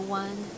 one